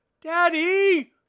Daddy